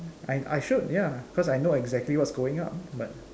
I I should ya cause I know exactly what's going up but